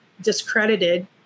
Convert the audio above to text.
discredited